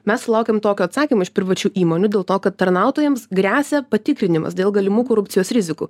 mes sulaukėm tokio atsakymo iš privačių įmonių dėl to kad tarnautojams gresia patikrinimas dėl galimų korupcijos rizikų